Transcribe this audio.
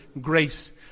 grace